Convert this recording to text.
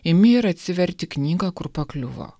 imi ir atsiverti knygą kur pakliuvo